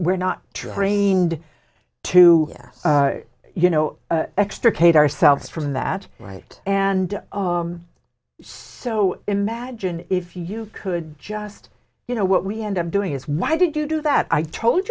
we're not trained to you know extricate ourselves from that right and so imagine if you could just you know what we end up doing is why did you do that i told